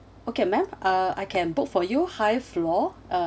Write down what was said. okay ma'am uh I can book for you high floor uh